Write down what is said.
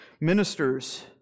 ministers